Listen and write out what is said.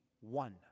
one